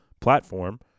platform